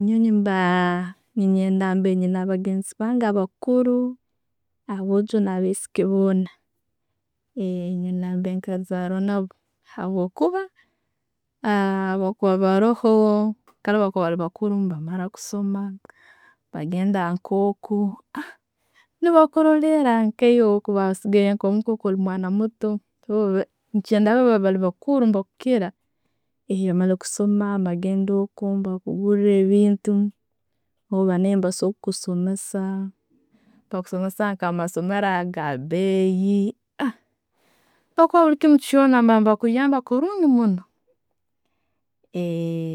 Ninyowe nemba neyenda mbe nabagenzi bange, abakuru, aboojo naibaisiki boona, nemba mbe nka kazarwa nabo habwokuba bwebakuba baroho, bali bakuru, bamara kusoma, bagenda nkokwo, Nebakorela nkaiwe bwo kuba osigaire nko'muntu olimwana muto. Nekyenda bo balibakuru nebakukira, bamara kusoma, bagenda okwo, bakugura ebintu, orba naiwe bakusobora kusomesa, nebakusomesa nka mumasomero agebeyi nabakuwa bulikimu kyona, baba nebakuyamba kurungi muno.